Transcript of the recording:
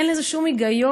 אין בזה שום היגיון,